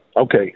Okay